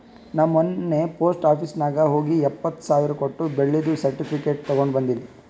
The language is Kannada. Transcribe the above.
ನಾ ಮೊನ್ನೆ ಪೋಸ್ಟ್ ಆಫೀಸ್ ನಾಗ್ ಹೋಗಿ ಎಪ್ಪತ್ ಸಾವಿರ್ ಕೊಟ್ಟು ಬೆಳ್ಳಿದು ಸರ್ಟಿಫಿಕೇಟ್ ತಗೊಂಡ್ ಬಂದಿನಿ